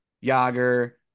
Yager